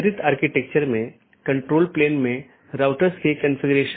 तो 16 बिट के साथ कई ऑटोनॉमस हो सकते हैं